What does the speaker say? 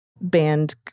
band